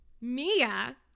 Mia